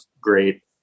great